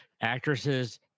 actresses